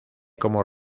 como